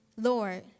Lord